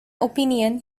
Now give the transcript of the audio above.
opinion